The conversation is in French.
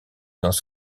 dans